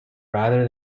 rather